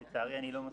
לצערי, אני לא מסכים.